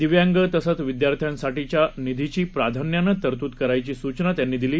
दिव्यांग तसंच विद्यार्थ्यांसाठीच्या निधीची प्राधान्यानं तरतूद करायची सूचना त्यांनी केली